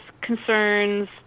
concerns